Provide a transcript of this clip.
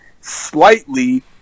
slightly